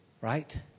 Right